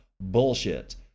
Bullshit